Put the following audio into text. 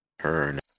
turn